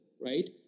right